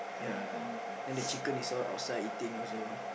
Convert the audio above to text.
ya then the chicken is all outside eating also